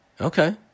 Okay